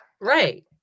Right